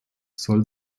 soll